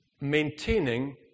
Maintaining